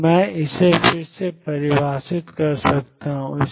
तो मैं इसे फिर से परिभाषित कर सकता हूं